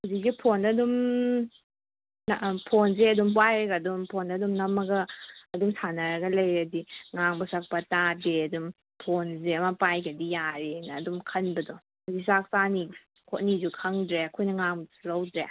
ꯍꯧꯖꯤꯛꯇꯤ ꯐꯣꯟꯗ ꯑꯗꯨꯝ ꯐꯣꯟꯖꯦ ꯑꯗꯨꯝ ꯄꯥꯏꯔꯒ ꯑꯗꯨꯝ ꯅꯝꯃꯒ ꯑꯗꯨꯝ ꯁꯥꯟꯅꯔꯒꯦ ꯂꯩꯔꯗꯤ ꯉꯥꯡꯕ ꯁꯛꯄ ꯇꯥꯗꯦ ꯑꯗꯨꯝ ꯐꯣꯟꯖꯦ ꯑꯃ ꯄꯥꯎꯒ꯭ꯔꯗꯤ ꯌꯥꯔꯦꯅ ꯑꯗꯨꯝ ꯈꯟꯕꯗꯣ ꯆꯥꯛ ꯆꯥꯅꯤ ꯈꯣꯠꯅꯤꯖꯨ ꯈꯪꯗ꯭ꯔꯦ ꯑꯩꯈꯣꯏꯅ ꯉꯥꯡꯕꯗꯁꯨ ꯂꯩꯗ꯭ꯔꯦ